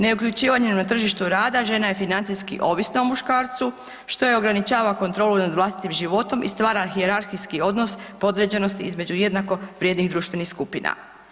Ne uključivanjem na tržištu rada žena je financijski ovisna o muškarcu što joj ograničava kontrolu nad vlastitim životom i stvara hijerarhijski odnos podređenosti između jednako vrijednih društvenih skupina.